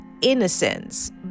innocence